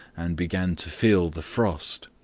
and began to feel the frost.